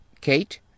Kate